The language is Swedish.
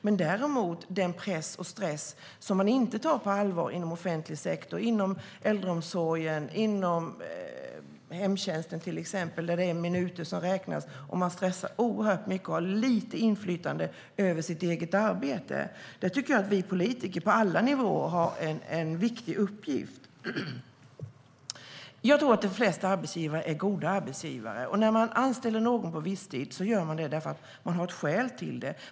Däremot behöver vi ta stressen och pressen inom offentlig sektor, inom äldreomsorgen och inom hemtjänsten, på allvar. Där är det minuter som räknas. Man stressar oerhört mycket och har litet inflytande över sitt eget arbete. Där tycker jag att vi politiker på alla nivåer har en viktig uppgift. Jag tror att de flesta arbetsgivare är goda arbetsgivare. När man anställer någon på visstid gör man det därför att man har ett skäl till det.